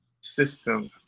system